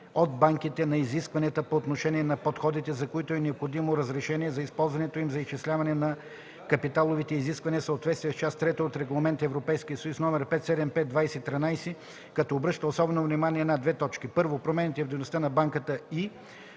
от банките на изискванията по отношение на подходите, за които е необходимо разрешение за използването им за изчисляване на капиталовите изисквания в съответствие с част трета от Регламент (ЕС) № 575/2013, като обръща особено внимание на: 1. промените в дейността на банката, и 2.